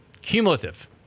Cumulative